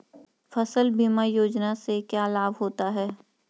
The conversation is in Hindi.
फसल बीमा योजना से क्या लाभ होता है?